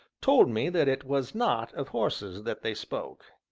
told me that it was not of horses that they spoke.